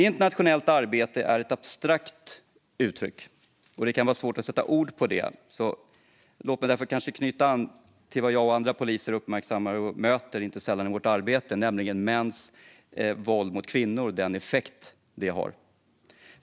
Internationellt arbete är ett abstrakt uttryck som det kan vara svårt att sätta ord på. Låt mig därför knyta an till vad jag och andra poliser uppmärksammar och inte sällan möter i vårt arbete, nämligen mäns våld mot kvinnor och den effekt det har.